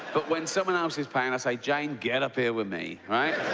but when someone else is paying, i say, jane, get up here with me. right?